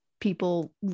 people